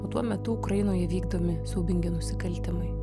o tuo metu ukrainoje vykdomi siaubingi nusikaltimai